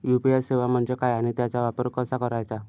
UPI सेवा म्हणजे काय आणि त्याचा वापर कसा करायचा?